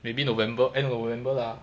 maybe november end november lah